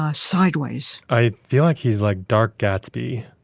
ah sideways i feel like he's like dark gatsby,